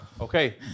Okay